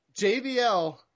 JBL